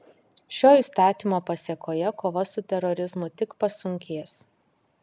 šio įstatymo pasėkoje kova su terorizmu tik pasunkės